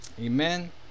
Amen